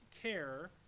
care